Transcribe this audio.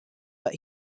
but